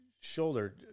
shoulder